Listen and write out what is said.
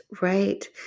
Right